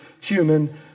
human